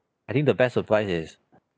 I think the best surprise is